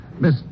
Miss